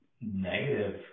negative